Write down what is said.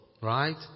right